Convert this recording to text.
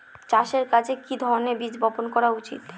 চাষের কাজে কি ধরনের বীজ বপন করা উচিৎ?